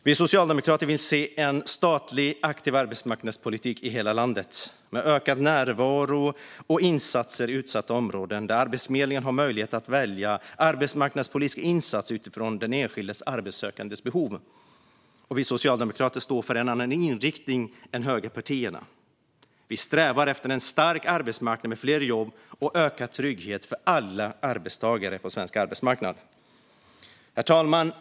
Vi socialdemokrater vill se en statlig aktiv arbetsmarknadspolitik i hela landet, med ökad närvaro och insatser i utsatta områden, där Arbetsförmedlingen har möjlighet att välja arbetsmarknadspolitiska insatser utifrån den enskilde arbetssökandes behov. Vi socialdemokrater står för en annan inriktning än högerpartierna. Vi strävar efter en stark arbetsmarknad med fler jobb och ökad trygghet för alla arbetstagare på svensk arbetsmarknad. Herr talman!